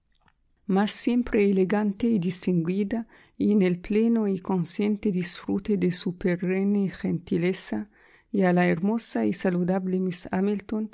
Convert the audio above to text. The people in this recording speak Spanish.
mas siempre elegante y distinguida y en el pleno y consciente disfrute de su perenne gentileza y a la hermosa y saludable miss